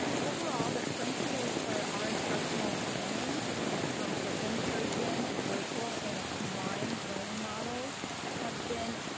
overall, the principles for our instructional planning for in-person, virtual and a combined learning models have been,